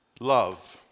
love